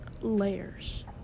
layers